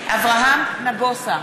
אברהם נגוסה,